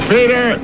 Peter